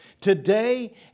today